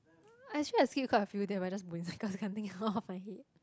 actually I skip quite few there but just cause I can't think off my head